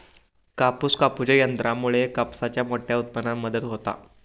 कापूस कापूच्या यंत्रामुळे कापसाच्या मोठ्या उत्पादनात मदत होता